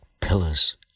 pillars